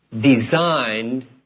designed